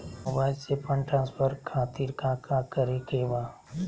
Mobile से fund transfer खातिर काका करे के बा?